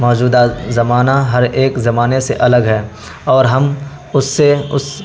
موجودہ زمانہ ہر ایک زمانے سے الگ ہے اور ہم اس سے اس